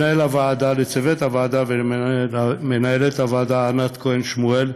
לצוות הוועדה ומנהלת הוועדה ענת כהן שמואל,